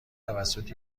توسط